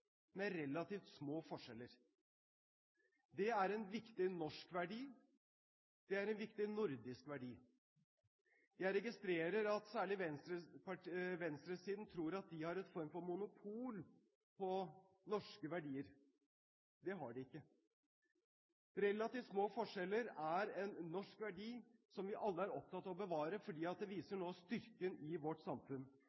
med relativt små forskjeller. Det er en viktig norsk verdi, det er en viktig nordisk verdi. Jeg registrerer at særlig venstresiden tror at de har en form for monopol på norske verdier. Det har de ikke. Relativt små forskjeller er en norsk verdi som vi alle er opptatt av å bevare, for det viser noe av styrken i vårt samfunn. Da må vi sørge for at